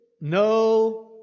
no